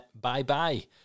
bye-bye